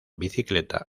bicicleta